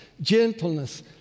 gentleness